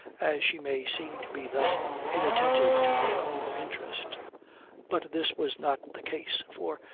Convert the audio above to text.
as she may seem to be thus inattentive to her own interest but this was not the case for,